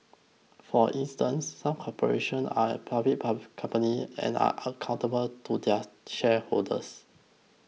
for instance some corporations are public companies and are accountable to their shareholders